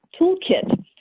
toolkit